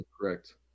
Correct